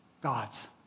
God's